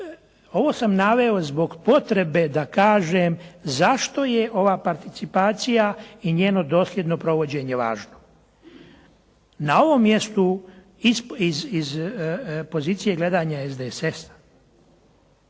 ovo sam naveo zbog potrebe da kažem zašto je ova participacija i njeno dosljedno provođenje važno. Na ovom mjestu iz pozicije gledanja SDSS-a